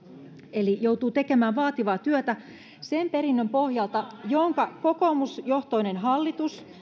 eli joutuu tekemään vaativaa työtä sen perinnön pohjalta jonka kokoomusjohtoinen hallitus